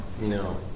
No